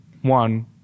one